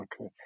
Okay